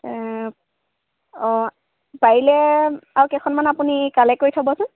অঁ পাৰিলে আৰু কেইখনমান আপুনি কালেক্ট কৰি থ'বচোন